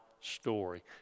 story